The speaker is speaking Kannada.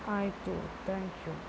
ಆಯಿತು ಥ್ಯಾಂಕ್ ಯು